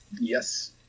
Yes